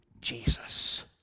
Jesus